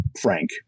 Frank